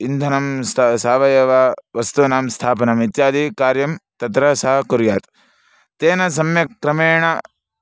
इन्धनं स्त सावयववस्तूनां स्थापनम् इत्यादि कार्यं तत्र सः कुर्यात् तेन सम्यक् क्रमेण